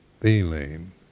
feeling